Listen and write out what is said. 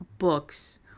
Books